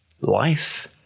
Life